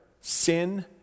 sin